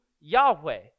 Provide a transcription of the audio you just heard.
Yahweh